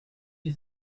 you